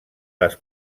les